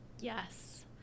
Yes